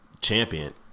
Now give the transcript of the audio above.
champion